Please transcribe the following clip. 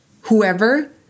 whoever